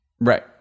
Right